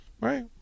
Right